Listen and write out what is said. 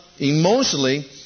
emotionally